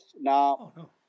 Now